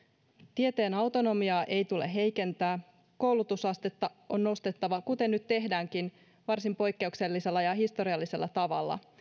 tieteen autonomiaa ei tule heikentää koulutusastetta on nostettava kuten nyt tehdäänkin varsin poikkeuksellisella ja historiallisella tavalla